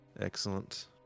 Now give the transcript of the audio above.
Excellent